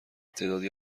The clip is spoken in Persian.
تعدادی